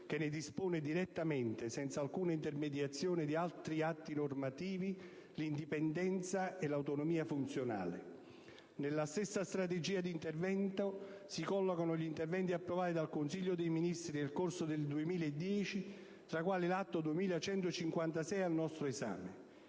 che ne dispone direttamente, senza alcuna intermediazione di altri atti normativi, l'indipendenza e l'autonomia funzionale. Nella stessa strategia di intervento si collocano gli interventi approvati dal Consiglio dei ministri nel corso del 2010, tra i quali il disegno di legge n. 2156 al nostro esame.